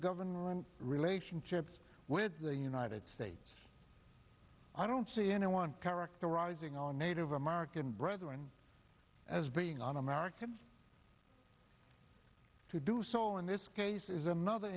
government relationships with the united states i don't see anyone characterizing all native american brethren as being un american to do so in this case is another